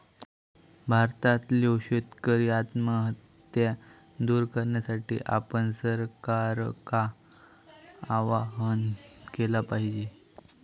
भारतातल्यो शेतकरी आत्महत्या दूर करण्यासाठी आपण सरकारका आवाहन केला पाहिजे